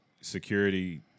security